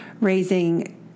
raising